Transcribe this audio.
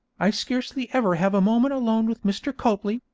i scarcely ever have a moment alone with mr. copley,